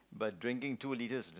but drinking two litres